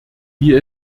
wie